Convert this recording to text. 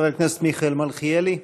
חבר הכנסת מיכאל מלכיאלי,